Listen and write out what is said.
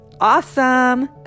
awesome